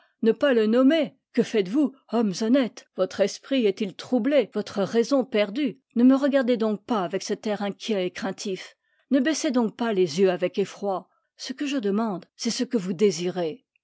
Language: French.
ne pas le nommer que faites-vous hommes honnêtes votre esprit est-il troublé votre rai son perdue ne me regardez donc pas avec cet air inquiet et craintif ne baissez donc pas les yeux avec effroi ce que je demande c'est ce que vous désirez